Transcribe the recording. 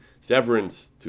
severance